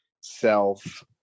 self